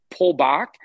pullback